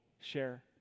share